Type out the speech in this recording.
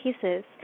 pieces